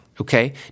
Okay